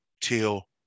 till